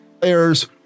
players